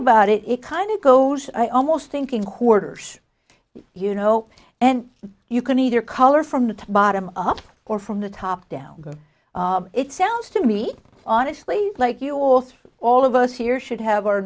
about it it kind of goes i almost thinking hoarders you know and you can either color from the bottom up or from the top down it sounds to me honestly like you also all of us here should have our